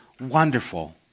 wonderful